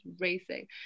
racing